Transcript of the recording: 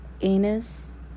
anus